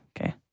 Okay